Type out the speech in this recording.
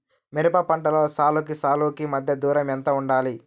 మిరప పంటలో సాలుకి సాలుకీ మధ్య దూరం ఎంత వుండాలి?